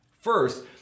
First